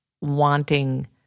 wanting